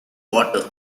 water